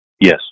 Yes